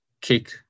kick